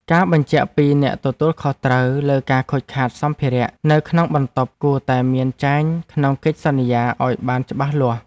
ការបញ្ជាក់ពីអ្នកទទួលខុសត្រូវលើការខូចខាតសម្ភារៈនៅក្នុងបន្ទប់គួរតែមានចែងក្នុងកិច្ចសន្យាឱ្យបានច្បាស់លាស់។